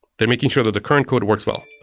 they're making sure that the current code works well,